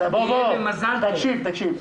הוועדה קובעת שהצעת החוק הזאת אינה הצעת חוק תקציבית